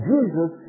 Jesus